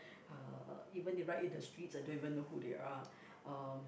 uh even if right it the streets I don't even know who they are um